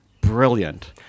brilliant